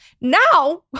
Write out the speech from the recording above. now